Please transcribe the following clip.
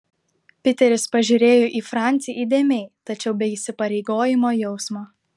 piteris pažiūrėjo į francį įdėmiai tačiau be įsipareigojimo jausmo